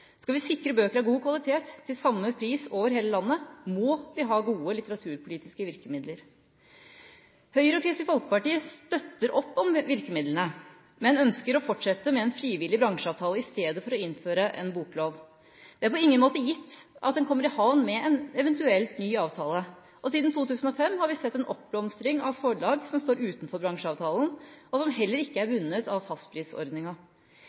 Skal vi sikre bøker av god kvalitet, til samme pris over hele landet, må vi ha gode litteraturpolitiske virkemidler. Høyre og Kristelig Folkeparti støtter opp om virkemidlene, men ønsker å fortsette med en frivillig bransjeavtale i stedet for å innføre en boklov. Det er på ingen måte gitt at en kommer i havn med en eventuell ny avtale – og siden 2005 har vi sett en oppblomstring av forlag som står utenfor bransjeavtalen og som heller ikke er